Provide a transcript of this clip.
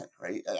right